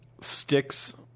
sticks